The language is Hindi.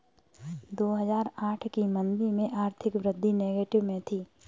दो हजार आठ की मंदी में आर्थिक वृद्धि नेगेटिव में थी